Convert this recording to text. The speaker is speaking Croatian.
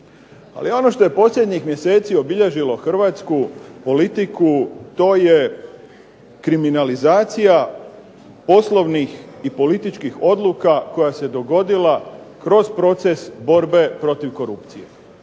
Ali ono što je posljednjih mjeseci obilježilo hrvatsku politiku, to je kriminalizacija poslovnih i političkih odluka koja se dogodila kroz proces borbe protiv korupcije.